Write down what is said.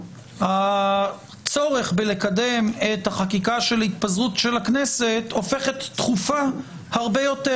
הצורך בקידום החקיקה של התפזרות הכנסת הופכת דחופה הרבה יותר.